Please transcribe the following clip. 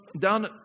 down